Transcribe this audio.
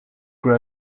grow